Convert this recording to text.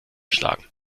schlagen